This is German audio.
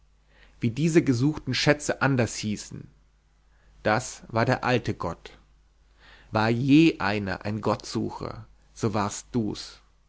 wie diese gesuchten schätze anders hießen das war der alte gott war je einer ein gottsucher so warst du's